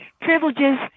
privileges